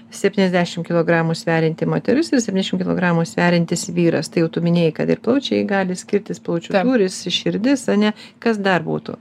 septyniasdešim kilogramų sverianti moteris ir septyniasdešim kilogramų sveriantis vyras tai jau tu minėjai kad ir plaučiai gali skirtis plaučių tūris širdis ane kas dar būtų